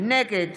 נגד